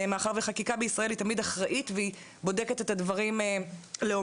חקיקה בישראל היא תמיד אחראית והיא בודקת את הדברים לעומקם.